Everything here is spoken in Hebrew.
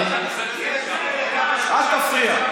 חבר הכנסת, אל תפריע.